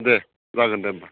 दे जागोन दे होमब्ला